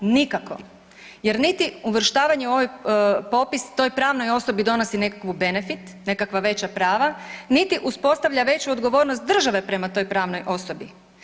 Nikako jer niti uvrštavanje u ovaj popis toj pravnoj osobi donosi nekakvu benefit, nekakva veća prava, niti uspostavlja veću odgovornost države prema toj pravnoj osobi.